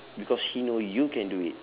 because he know you can do it